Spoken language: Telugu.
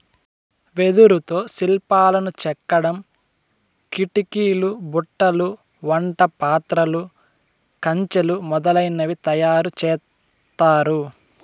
వెదురుతో శిల్పాలను చెక్కడం, కిటికీలు, బుట్టలు, వంట పాత్రలు, కంచెలు మొదలనవి తయారు చేత్తారు